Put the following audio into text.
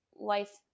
life